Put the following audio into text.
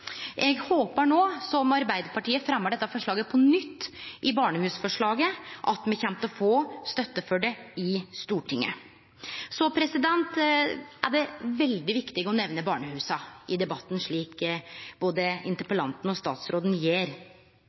Eg håpar at me nå som Arbeidarpartiet fremjar dette forslaget på nytt i barnehus-forslaget, kjem til å få støtte for det i Stortinget. Så er det veldig viktig å nemne barnehusa i debatten, slik både interpellanten og statsråden gjer.